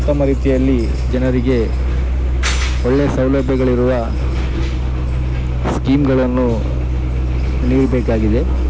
ಉತ್ತಮ ರೀತಿಯಲ್ಲಿ ಜನರಿಗೆ ಒಳ್ಳೆಯ ಸೌಲಭ್ಯಗಳಿರುವ ಸ್ಕೀಮ್ಗಳನ್ನು ನೀಡಬೇಕಾಗಿದೆ